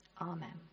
Amen